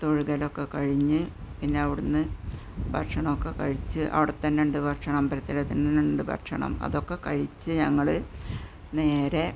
തൊഴുകലൊക്കെ കഴിഞ്ഞ് പിന്നെ അവിടെ നിന്ന് ഭക്ഷണമൊക്കെ കഴിച്ച് അവിടെത്തന്നെ ഉണ്ട് ഭക്ഷണം അമ്പലത്തില് തന്നെയുണ്ട് ഭക്ഷണം അതൊക്കെ കഴിച്ച് ഞങ്ങൾ നേരെ